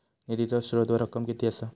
निधीचो स्त्रोत व रक्कम कीती असा?